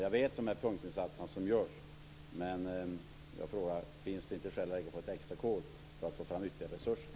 Jag vet att de här punktinsatserna görs, men jag frågar: Finns det inte skäl att lägga på ett extra kol för att få fram ytterligare resurser?